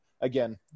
Again